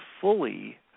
fully